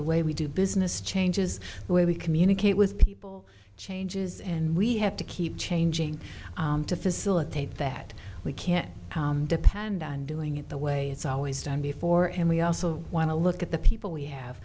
the way we do business changes the way we communicate with people changes and we have to keep changing to facilitate that we can't depend on doing it the way it's always done before and we also want to look at the people we have